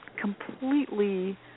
completely